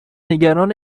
نگران